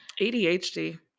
ADHD